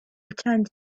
returned